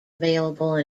available